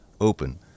open